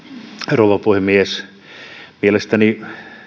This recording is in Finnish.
rouva puhemies mielestäni